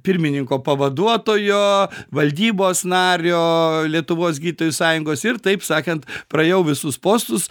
pirmininko pavaduotojo valdybos nario lietuvos gydytojų sąjungos ir taip sakant praėjau visus postus